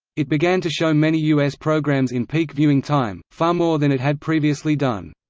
it began to show many us programmes in peak viewing time, far more than it had previously done.